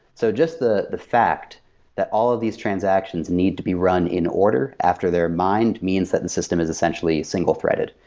so just the the fact that all of these transactions need to be run in order after they're mined means that the system is essentially single-threaded.